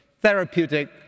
therapeutic